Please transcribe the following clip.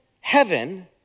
heaven